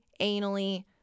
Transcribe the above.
anally